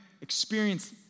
experience